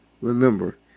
Remember